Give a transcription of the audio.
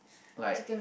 like